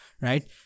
right